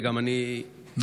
וגם אני חייב,